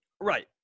Right